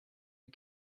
you